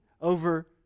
over